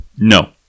no